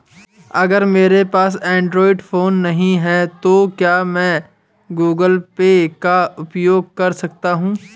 अगर मेरे पास एंड्रॉइड फोन नहीं है तो क्या मैं गूगल पे का उपयोग कर सकता हूं?